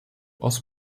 aus